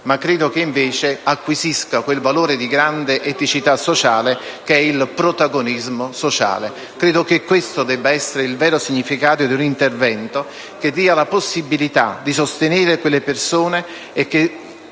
ma credo che invece acquisisca quel valore di grande eticità sociale che è il protagonismo sociale. Penso che questo debba essere il vero significato di un intervento che dia la possibilità di sostenere le persone che